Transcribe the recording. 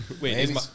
Wait